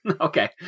okay